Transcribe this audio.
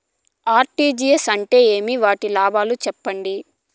RTGS అంటే ఏమి? వాటి లాభాలు సెప్పండి?